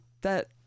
that-